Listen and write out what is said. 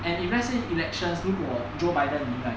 and if let's say elections 如果 joe biden 赢 right